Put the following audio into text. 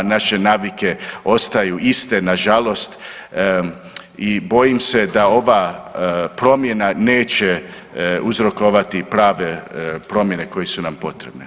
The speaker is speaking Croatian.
Naše navike ostaju iste na žalost i bojim se da ova promjena neće uzrokovati prave promjene koje su nam potrebne.